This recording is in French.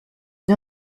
une